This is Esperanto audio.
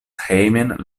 hejmen